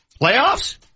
Playoffs